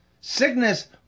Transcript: sickness